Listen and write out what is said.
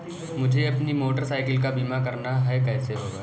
मुझे अपनी motorcycle का बीमा करना है कैसे होगा?